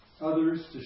others